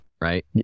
right